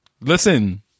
Listen